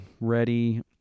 ready